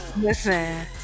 Listen